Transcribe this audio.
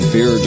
Fear